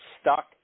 stuck